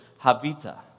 havita